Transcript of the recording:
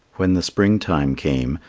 when the springtime came,